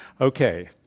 okay